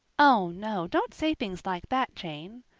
oh, no, don't say things like that, jane,